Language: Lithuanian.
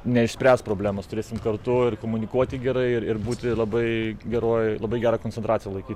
neišspręs problemos turėsim kartu ir komunikuoti gerai ir ir būti labai geroj labai gerą koncentraciją laikyt